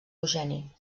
eugeni